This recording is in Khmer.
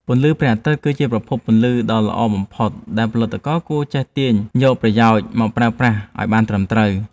ពន្លឺព្រះអាទិត្យគឺជាប្រភពពន្លឺដ៏ល្អបំផុតដែលផលិតករគួរតែចេះទាញយកប្រយោជន៍មកប្រើប្រាស់ឱ្យបានត្រឹមត្រូវ។